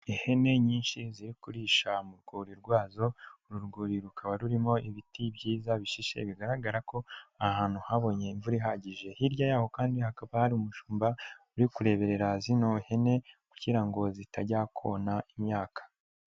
Ihene nyinshi ziri kurisha mu rwuri rwazo, uru rwuri rukaba rurimo ibiti byiza bishishe bigaragara ko aha hantu habonye imvura ihagije, hirya yaho kandi hakaba hari umushumba uri kureberera zino hene kugira ngo zitajya kona imyaka.